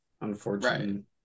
unfortunately